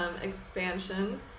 expansion